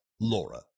Laura